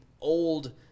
old